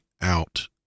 out